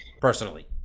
personally